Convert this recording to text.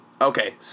Okay